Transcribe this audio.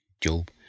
Job